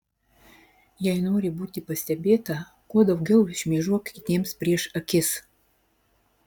jei nori būti pastebėta kuo daugiau šmėžuok kitiems prieš akis